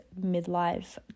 midlife